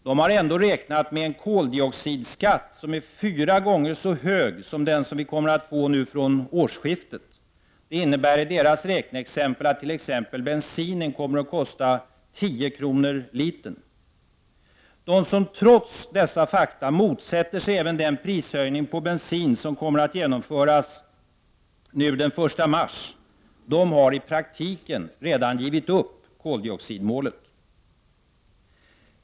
De har ändå räknat med en koldioxidskatt som är fyra gånger så hög som den vi får nu från årsskiftet. Det innebär i deras räkneexempel att t.ex. bensinen kommer att kosta 10 kr. litern! De som trots dessa fakta motsätter sig även den prishöjning på bensin som kommer att genomföras den 1 mars har i praktiken redan givit upp koldioxidmålet.